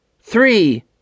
three